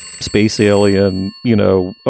space, alien, you know,